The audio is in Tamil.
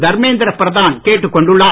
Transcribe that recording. தர்மேந்திர பிரதான் கேட்டுக் கொண்டுள்ளார்